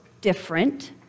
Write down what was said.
different